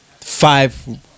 five